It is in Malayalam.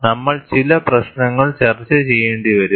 നമ്മൾ ചില പ്രശ്നങ്ങൾ ചർച്ച ചെയ്യേണ്ടിവരും